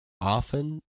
often